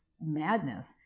madness